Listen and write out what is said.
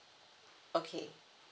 okay